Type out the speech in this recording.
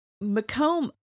Macomb